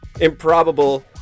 Improbable